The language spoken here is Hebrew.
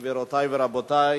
בעד,